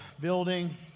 building